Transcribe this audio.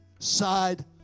Side